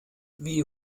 wie